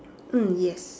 mm yes